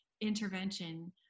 intervention